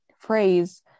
Phrase